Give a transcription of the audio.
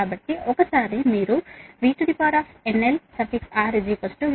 కాబట్టి ఒకసారి మీరు VRNL VSA ను ఉంచండి